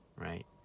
Right